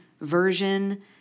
version